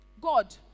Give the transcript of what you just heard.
God